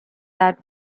that